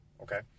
Okay